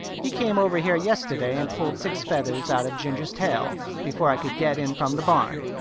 he came over here yesterday and pulled six feathers out of ginger's tail before i could get in from the barn.